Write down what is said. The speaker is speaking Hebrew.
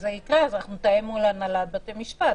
כשזה יקרה, אנחנו נתאם מול הנהלת בתי משפט.